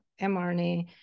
mRNA